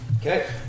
Okay